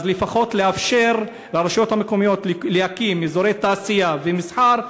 לפחות יש לאפשר לרשויות המקומיות להקים אזורי תעשייה ומסחר,